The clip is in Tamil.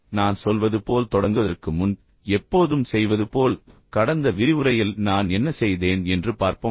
இப்போது நான் சொல்வது போல் தொடங்குவதற்கு முன் எப்போதும் செய்வது போல் கடந்த விரிவுரையில் நான் என்ன செய்தேன் என்று பார்ப்போம்